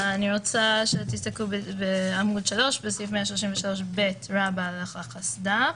אני רוצה שתסתכלו בעמוד 3, בסעיף 133ב לחסד"פ.